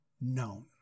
known